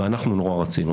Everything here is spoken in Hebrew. ואנחנו נורא רצינו.